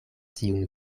tiun